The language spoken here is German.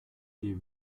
die